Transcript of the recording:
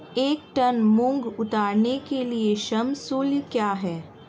एक टन मूंग उतारने के लिए श्रम शुल्क क्या है?